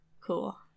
Cool